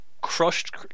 crushed